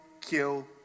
kill